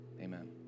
Amen